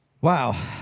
Wow